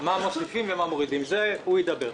מה מוסיפים ומה מורידים - זה הוא ידבר.